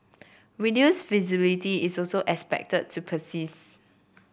reduced visibility is also expected to persist